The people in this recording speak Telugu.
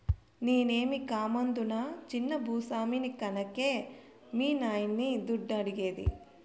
నేనేమీ కామందునా చిన్న భూ స్వామిని కన్కే మీ నాయన్ని దుడ్డు అడిగేది